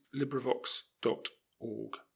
LibriVox.org